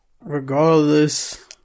regardless